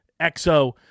XO